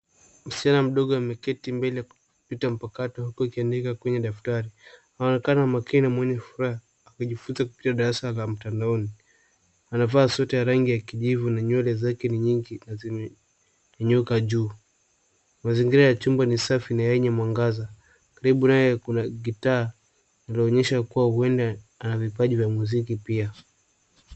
Msichana mdogo ameketi mbele kupita mpakato huku akiandika kwenye daftari. Anaonekana makini na mwenye furaha akijifunza kupitia darasa la mtandaoni. Amevaa suti ya rangi ya kijivu na nywele zake ni nyingi na zimenyooka juu. Mazingira ya chumba ni safi na yenye mwangaza. Karibu naye kuna gitaa lilionyesha kuwa huenda ana vipaji vya muziki pia.